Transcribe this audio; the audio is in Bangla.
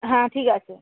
হ্যাঁ ঠিক আছে